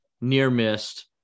near-missed